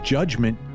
Judgment